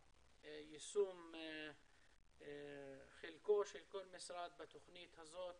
יישום חלקו של כל משרד בתוכנית הזאת